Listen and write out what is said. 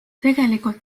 tegelikult